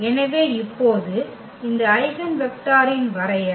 எனவே இப்போது இந்த ஐகென் வெக்டரின் வரையறை